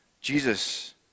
Jesus